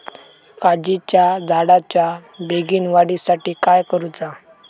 काजीच्या झाडाच्या बेगीन वाढी साठी काय करूचा?